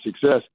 success